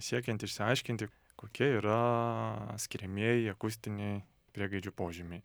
siekiant išsiaiškinti kokie yra skiriamieji akustiniai priegaidžių požymiai